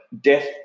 death